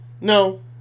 No